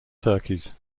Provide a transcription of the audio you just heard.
turkeys